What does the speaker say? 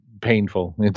painful